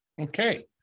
Okay